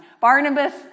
Barnabas